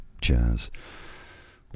jazz